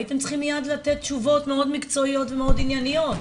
הייתם צריכים מיד לתת תשובות מאוד מקצועיות ומאוד ענייניות.